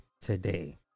today